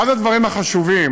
אחד הדברים החשובים,